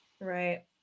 Right